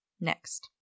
Next